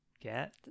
Get